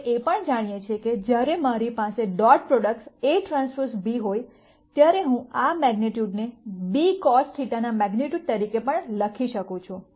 આપણે એ પણ જાણીએ છીએ કે જ્યારે મારી પાસે ડોટ પ્રોડક્ટ્સ Aᵀ b હોય ત્યારે હું આ મેગ્નિટ્યુડને b cos θ ના મેગ્નિટ્યુડ તરીકે પણ લખી શકું છું